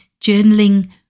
journaling